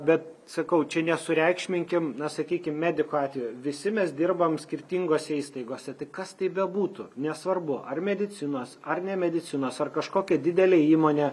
bet sakau čia nesureikšminkim na sakykim mediko atvejo visi mes dirbam skirtingose įstaigose tai kas tai bebūtų nesvarbu ar medicinos ar ne medicinos ar kažkokia didelė įmonė